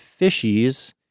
fishies